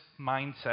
mindset